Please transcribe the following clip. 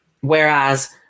Whereas